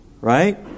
right